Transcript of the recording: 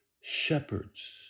shepherds